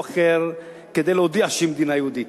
אחר כדי להודיע שהיא מדינה יהודית.